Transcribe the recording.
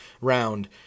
round